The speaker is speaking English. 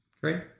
Great